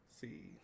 see